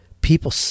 People